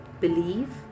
Believe